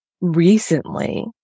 recently